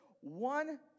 one